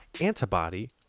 antibody